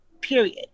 period